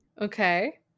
Okay